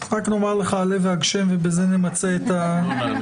רק נאמר לך "עלה והגשם" ובזה נמצה את העניין.